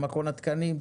למכון התקנים,